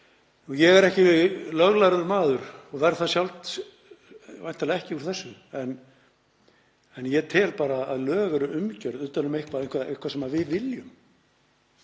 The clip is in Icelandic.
Ég er ekki löglærður maður, og verð það væntanlega ekki úr þessu, en ég tel að lög séu umgjörð utan um eitthvað sem við viljum.